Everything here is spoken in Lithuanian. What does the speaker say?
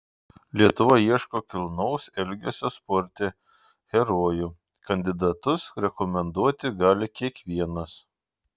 lietuva ieško kilnaus elgesio sporte herojų kandidatus rekomenduoti gali kiekvienas